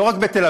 לא רק בתל-אביב,